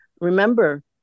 Remember